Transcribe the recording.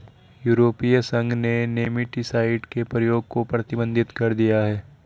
यूरोपीय संघ ने नेमेटीसाइड के प्रयोग को प्रतिबंधित कर दिया है